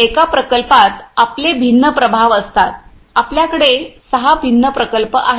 एका प्रकल्पात आपले भिन्न प्रभाव असतात आपल्या कडे सहा भिन्न प्रकल्प आहेत